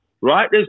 right